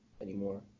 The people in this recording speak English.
anymore